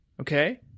Okay